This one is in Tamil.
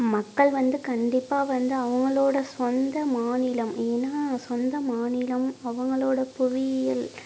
மக்கள் வந்து கண்டிப்பாக வந்து அவங்களோட சொந்த மாநிலம் ஏன்னா சொந்த மாநிலம் அவங்களோட புவியியல்